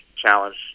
Challenge